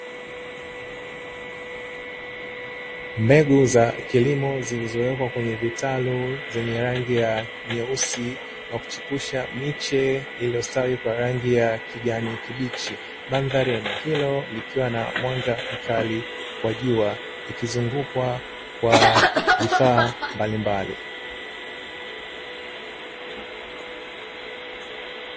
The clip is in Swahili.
Mbegu za kilimo zilizowekwa kwenye vitalu vyenye rangi nyeusi kwa kuchepusha miche iliyostawi kwa rangi ya kijani kibichi. Mandhari ya eneo hilo likiwa na mwanga mkali wa jua, likizungukwa kwa vifaa mbalimbali.